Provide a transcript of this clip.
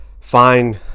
fine